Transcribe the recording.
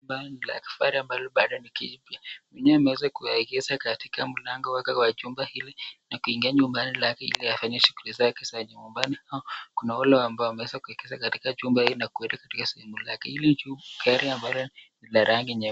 Gari la kifahari ambalo bado ni jipya, mwenyewe ameweza kuyaegesha katika mlango wake wa jumba hili na kuingia nyumbani lake ili afanye shughuli zake za nyumbani au kuna wale ambao wameweza kuegesha katika jumba hili na kuenda katika sehemu lake. Hili jipya ni gari ambalo lenye rangi nyeupe.